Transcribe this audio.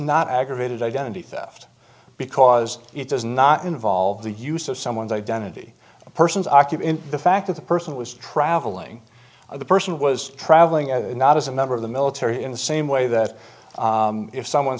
not aggravated identity theft because it does not involve the use of someone's identity a person's octave in the fact that the person was traveling or the person was traveling and not as a member of the military in the same way that if someone